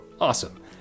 awesome